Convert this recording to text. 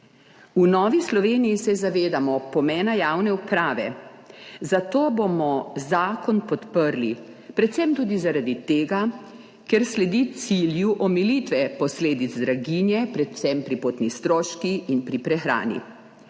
V Novi Sloveniji se zavedamo pomena javne uprave, zato bomo zakon podprli, predvsem tudi zaradi tega, ker sledi cilju omilitve posledic draginje, predvsem pri potni stroških in pri prehrani.